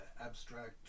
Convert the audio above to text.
Abstract